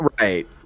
right